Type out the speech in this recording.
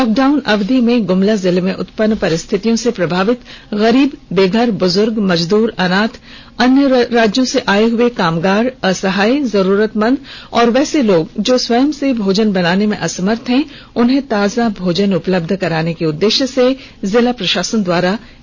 lockdown अवधि में ग्मला जिले में उत्पन्न परिस्थितियों से प्रभावित गरीब बेघर बुजुर्ग मजदूर अनाथ अन्य राज्यों से आए हए कामगार असहाय जरूरतमंद और वैसे लोग जो स्वयं से भोजन बनाने में असमर्थ हैं उनको ताजा भोजन उपलब्ध कराने के उद्देश्य से जिला प्रशासन द्वारा यह पहल की गयी है